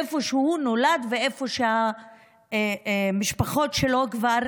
איפה שהוא נולד ואיפה שהמשפחות שלו נמצאות כבר